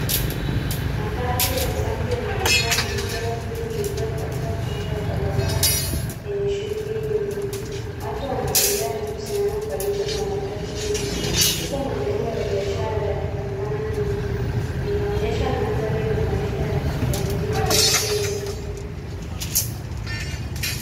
Matatu yenye rangi ya machungwa na michoro mingi iliyopakiwa kando ya barabara yenye shughuli nyingi. Watu wanatembea na kusimama karibu na matatu hiyo, huku majengo ya biashara yakionekana nyuma, inaonyesha mandhari ya maisha ya jijini ya Kenya.